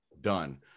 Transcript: Done